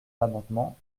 l’amendement